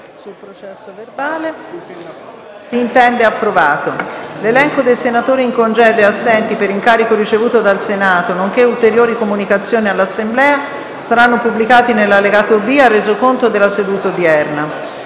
apre una nuova finestra"). L'elenco dei senatori in congedo e assenti per incarico ricevuto dal Senato, nonché ulteriori comunicazioni all'Assemblea saranno pubblicati nell'allegato B al Resoconto della seduta odierna.